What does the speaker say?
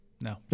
No